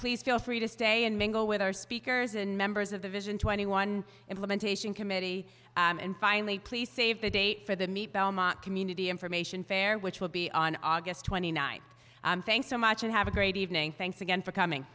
please feel free to stay and mingle with our speakers and members of the vision twenty one implementation committee and finally please save the date for the meet belmont community information fair which will be on august twenty ninth thanks so much and have a great evening thanks again for coming